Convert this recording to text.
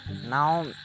now